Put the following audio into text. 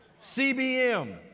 CBM